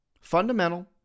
fundamental